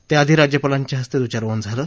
त्याआधी राज्यपालांच्या हस्ते ध्वजारोहण झालं